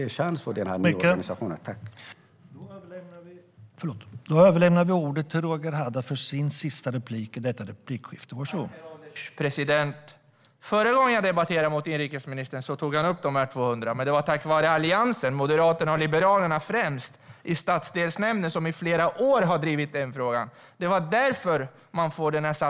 Vi måste ge den nya organisationen en chans.